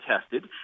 tested